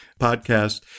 podcast